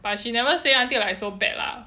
but she never say until like so bad lah